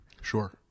Sure